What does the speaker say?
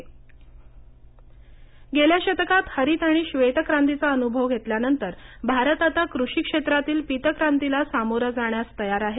तेलबिया मोहरी गेल्या शतकात हरीत आणि ब्रेत क्रांतीचा अनुभव घेतल्यानंतर भारत आता कृषी क्षेत्रातील पीत क्रांतीला सामोरा जाण्यास तयार आहे